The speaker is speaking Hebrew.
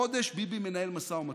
חודש ביבי מנהל משא ומתן.